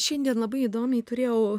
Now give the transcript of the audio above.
šiandien labai įdomiai turėjau